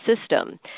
system